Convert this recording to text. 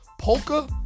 Polka